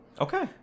Okay